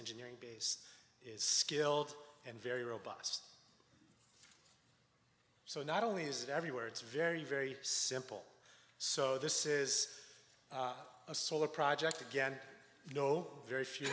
engineering base is skilled and very robust so not only is it everywhere it's very very simple so this is a solar project again you know very few